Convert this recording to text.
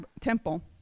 temple